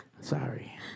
Sorry